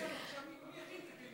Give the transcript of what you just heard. מי הכין את הכלים האלה.